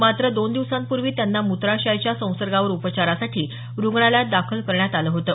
मात्र दोन दिवसांपूर्वी त्यांना मूत्राशयाच्या संसर्गावर उपचारासाठी रुग्णालयात दाखल करण्यात आलं होतं